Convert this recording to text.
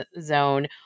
zone